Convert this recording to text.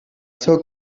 seu